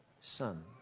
son